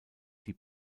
die